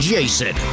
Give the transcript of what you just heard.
Jason